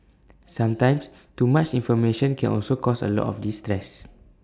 sometimes too much information can also cause A lot of distress